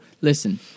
listen